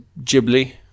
Ghibli